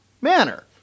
manner